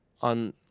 on